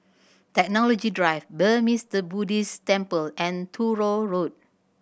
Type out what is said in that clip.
Technology Drive Burmese Buddhist Temple and Truro Road